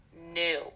new